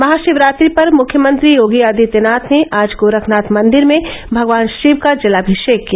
महाशिवरात्रि पर मुख्यमंत्री योगी आदित्यनाथ ने आज गोरखनाथ मंदिर में भगवान शिव का जलामिषेक किया